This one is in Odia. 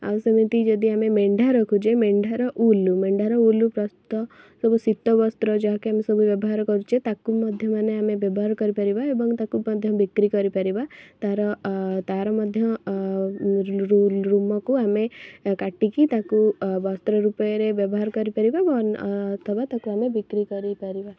ଆଉ ସେମିତି ଯଦି ଆମେ ମେଣ୍ଢା ରଖୁଛେ ମେଣ୍ଢାରେ ଉଲ୍ ମେଣ୍ଢାରେ ଉଲ୍ ପ୍ରସ୍ତୁତ ସବୁ ଶୀତ ବସ୍ତ୍ର ଯାହାକୁ ଆମେ ସବୁ ବ୍ୟବହାର କରୁଛେ ତାକୁ ମଧ୍ୟ ମାନେ ଆମେ ବ୍ୟବହାର କରିପାରିବା ଏବଂ ତାକୁ ମଧ୍ୟ ବିକ୍ରି କରିପାରିବା ତା'ର ତା'ର ମଧ୍ୟ ରୁମକୁ ଆମେ କାଟିକି ତାକୁ ବସ୍ତ୍ର ରୂପରେ ବ୍ୟବହାର କରିପାରିବା ଅଥବା ତାକୁ ଆମେ ବିକ୍ରି କରିପାରିବା